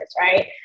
right